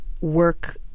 work